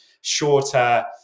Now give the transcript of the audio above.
shorter